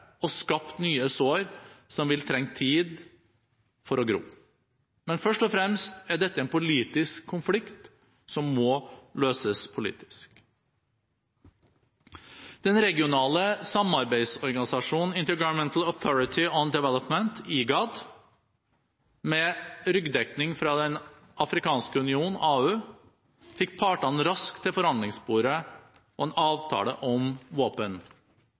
og skapt nye sår som vil trenge tid for å gro. Men først og fremst er dette en politisk konflikt som må løses politisk. Den regionale samarbeidsorganisasjonen Intergovernmental Authority on Development, IGAD, med ryggdekning fra Den afrikanske union, AU, fikk partene raskt til forhandlingsbordet og en avtale om